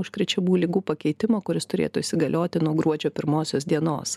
užkrečiamų ligų pakeitimo kuris turėtų įsigalioti nuo gruodžio pirmosios dienos